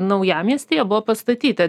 naujamiestyje buvo pastatyta